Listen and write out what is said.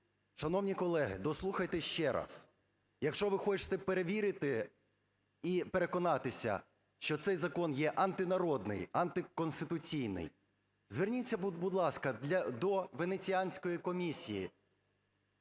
Шановні колеги, дослухайтесь ще раз. Якщо ви хочете перевірити і переконатися, що цей закон є антинародний, антиконституційний, зверніться, будь ласка, до Венеціанської комісії.